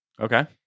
Okay